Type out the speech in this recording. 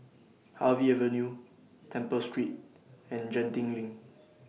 Harvey Avenue Temple Street and Genting LINK